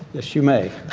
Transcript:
yes, you may.